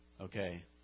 Okay